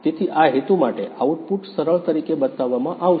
તેથી આ હેતુ માટે આઉટપુટ સરળ તરીકે બતાવવામાં આવશે